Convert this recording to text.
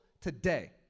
today